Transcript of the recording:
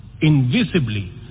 Invisibly